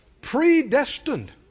Predestined